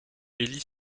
élit